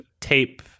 tape